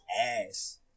ass